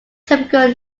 typical